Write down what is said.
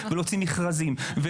להוציא מכרזים,